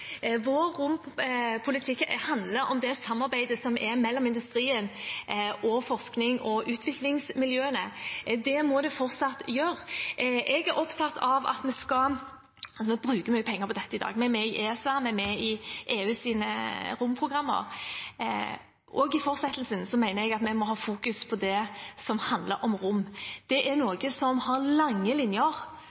handler om det samarbeidet som er mellom industrien og forskning og utviklingsmiljøene. Det må den fortsatt gjøre. Vi bruker mye penger på dette i dag, vi er med i ESA, vi er med i EUs romprogrammer, og jeg er opptatt av at vi i fortsettelsen må ha i fokus det som handler om rom. Det er noe som har lange linjer,